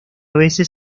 veces